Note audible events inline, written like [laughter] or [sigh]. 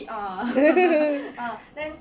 [laughs]